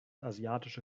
asiatische